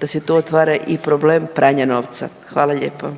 da se tu otvara i problem pranja novca. Hvala lijepa.